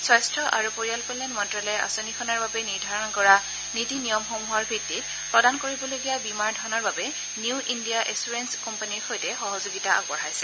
স্বাস্থ্য আৰু পৰিয়ালকল্যাণ মন্ত্যালয়ে আঁচনিখনৰ বাবে নিৰ্ধাৰণ কৰা নীতি নিয়মসমূহৰ ভিত্তিত প্ৰদান কৰিবলগীয়া বীমাৰ ধনৰ বাবে নিউ ইণ্ডিয়া এছুৰেন্স কোম্পানীৰ সৈতে সহযোগিতা আগবঢ়াইছে